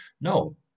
No